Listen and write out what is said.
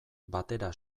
batera